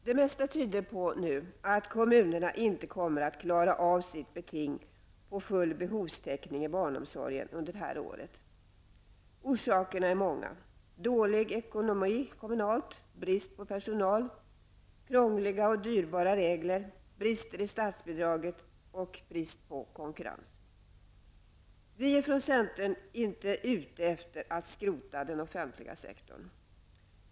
Det mesta tyder på att kommunerna inte kommer att kunna klara av sitt beting på full behovstäckning i barnomsorgen under det här året. Orsakerna är många: dålig kommunal ekonomi, brist på personal, krångliga och dyrbara regler, brister i statsbidraget och brist på konkurrens. Vi är från centerns sida inte ute efter att skrota den offentliga sektorn.